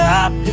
up